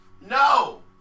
No